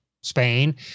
Spain